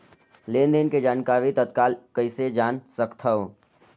लेन देन के जानकारी तत्काल कइसे जान सकथव?